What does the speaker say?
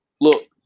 Look